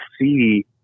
see